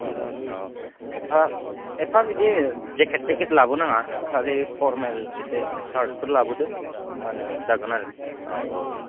औ औ एफा एफा बिदि जेकेट थेकेट लाबोनाङा खालि परमेल एसे सार्थ फोर लाबोदो होमबानो जागोन आरो औ औ